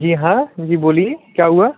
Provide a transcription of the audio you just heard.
जी हाँ जी बोलिए क्या हुआ